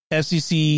SEC